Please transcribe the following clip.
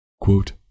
Quote